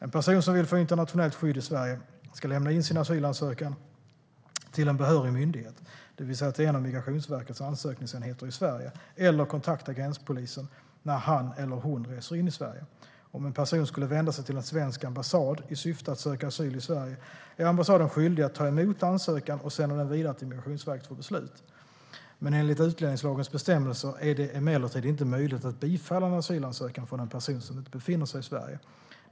En person som vill få internationellt skydd i Sverige ska lämna in sin asylansökan till en behörig myndighet, det vill säga till en av Migrationsverkets ansökningsenheter i Sverige, eller kontakta gränspolisen när han eller hon reser in i Sverige. Om en person skulle vända sig till en svensk ambassad i syfte att söka asyl i Sverige är ambassaden skyldig att ta emot ansökan och sända den vidare till Migrationsverket för beslut. Enligt utlänningslagens bestämmelser är det emellertid inte möjligt att bifalla en asylansökan från en person som inte befinner sig i Sverige.